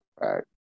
Right